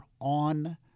on